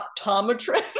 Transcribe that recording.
optometrist